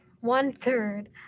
one-third